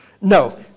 no